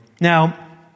Now